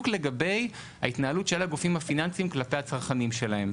לגבי ההתנהלות של הגופים הפיננסים כלפי הצרכנים שלהם.